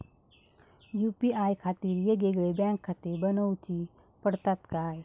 UPI खातीर येगयेगळे बँकखाते बनऊची पडतात काय?